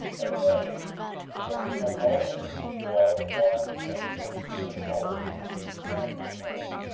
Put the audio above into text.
and reigned for rehoboam was one and forty years old when he began to reign,